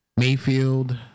Mayfield